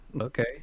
okay